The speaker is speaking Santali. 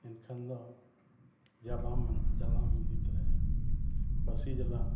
ᱮᱱᱠᱷᱟᱱ ᱫᱚ ᱡᱟᱞᱟᱢ ᱢᱮᱱᱟᱜᱼᱟ ᱡᱟᱞᱟᱢᱤᱧ ᱤᱫᱤ ᱛᱚᱨᱟᱭᱟ ᱯᱟᱹᱥᱤ ᱡᱟᱞᱟᱢ